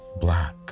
black